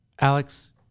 Alex